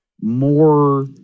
more